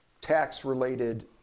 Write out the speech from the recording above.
tax-related